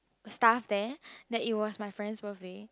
staff there that it was my friend's birthday